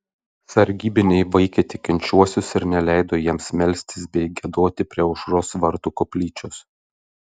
sargybiniai vaikė tikinčiuosius ir neleido jiems melstis bei giedoti prie aušros vartų koplyčios